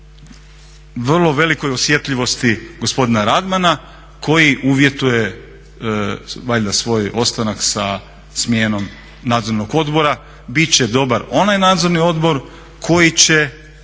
vrlo velikoj osjetljivosti gospodina Radmana koji uvjetuje valjda svoj ostanak sa smjenom Nadzornog odbora. Bit će dobar onaj Nadzorni odbor koji će